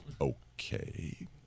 Okay